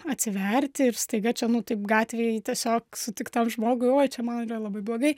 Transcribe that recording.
atsiverti ir staiga čia nu taip gatvėj tiesiog sutiktam žmogui oi čia man yra labai blogai